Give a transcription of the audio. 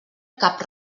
cap